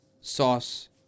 sauce